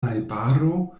najbaro